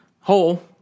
hole